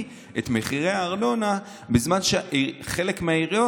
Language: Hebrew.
את מחירי הארנונה בזמן שחלק מהעיריות,